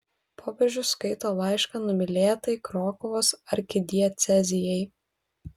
popiežius skaito laišką numylėtai krokuvos arkidiecezijai